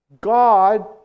God